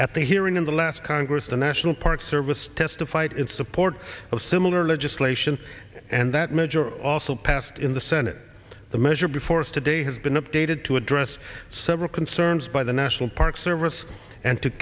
at the hearing in the last congress the national park service testified in support of similar legislation and that measure also passed in the senate the measure before us today has been updated to address several urns by the national park service and to